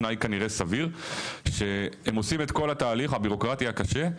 תנאי כנראה סביר שהם עושים את כל התהליך הביורוקראטי הקשה,